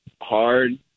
hard